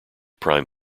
prime